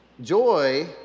Joy